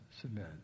submit